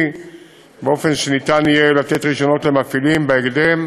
באופן שניתן יהיה לתת רישיונות למפעילים בהקדם,